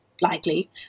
likely